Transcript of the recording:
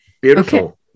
beautiful